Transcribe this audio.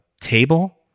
table